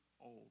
old